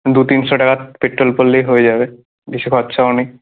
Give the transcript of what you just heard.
দু তিনশো টাকার পেট্রোল ভরলেই হয়ে যাবে বেশি খরচাও নেই